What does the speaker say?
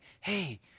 hey